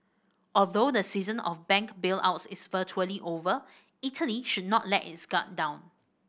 although the season of bank bailouts is virtually over Italy should not let its guard down